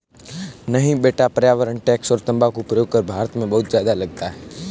नहीं बेटा पर्यावरण टैक्स और तंबाकू प्रयोग कर भारत में बहुत ज्यादा लगता है